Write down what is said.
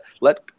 let